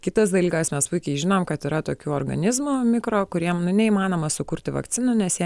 kitas dalykas mes puikiai žinom kad yra tokių organizmų mikro kuriem nu neįmanoma sukurti vakcinų nes jie